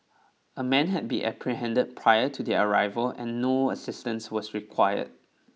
a man had been apprehended prior to their arrival and no assistance was required